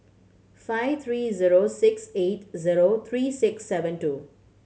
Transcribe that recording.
five three zero six eight zero three six seven two